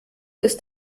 ist